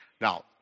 Now